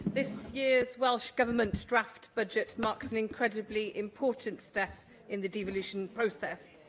this year's welsh government draft budget marks an incredibly important step in the devolution process.